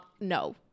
no